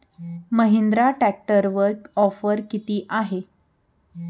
महिंद्रा ट्रॅक्टरवर ऑफर किती आहे?